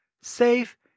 safe